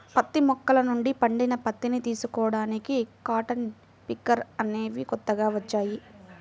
పత్తి మొక్కల నుండి పండిన పత్తిని తీసుకోడానికి కాటన్ పికర్ అనేవి కొత్తగా వచ్చాయి